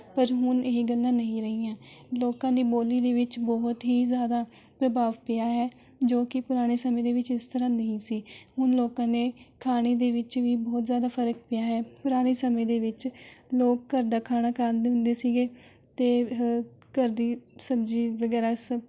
ਪਰ ਹੁਣ ਇਹ ਗੱਲਾਂ ਨਹੀਂ ਰਹੀਆਂ ਲੋਕਾਂ ਦੀ ਬੋਲ਼ੀ ਦੇ ਵਿੱਚ ਬਹੁਤ ਹੀ ਜ਼ਿਆਦਾ ਪ੍ਰਭਾਵ ਪਿਆ ਹੈ ਜੋ ਕਿ ਪੁਰਾਣੇ ਸਮੇਂ ਦੇ ਵਿੱਚ ਇਸ ਤਰ੍ਹਾਂ ਨਹੀਂ ਸੀ ਹੁਣ ਲੋਕਾਂ ਦੇ ਖਾਣੇ ਦੇ ਵਿੱਚ ਵੀ ਬਹੁਤ ਜ਼ਿਆਦਾ ਫਰਕ ਪਿਆ ਹੈ ਪੁਰਾਣੇ ਸਮੇਂ ਦੇ ਵਿੱਚ ਲੋਕ ਘਰ ਦਾ ਖਾਣਾ ਖਾਂਦੇ ਹੁੰਦੇ ਸੀ ਅਤੇ ਘਰ ਦੀ ਸਬਜ਼ੀ ਵਗੈਰਾ ਸਭ